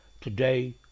today